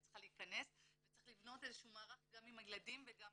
צריכה להכנס וצריך לבנות מערך גם עם הילדים ועם